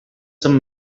some